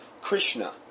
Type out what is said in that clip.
Krishna